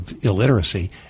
illiteracy